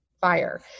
fire